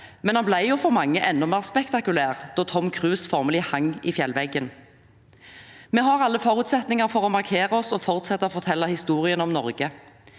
men den ble for mange enda mer spektakulær da Tom Cruise formelig hang i fjellveggen. Vi har alle forutsetninger for å markere oss og fortsette å fortelle historien om Norge.